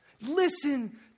Listen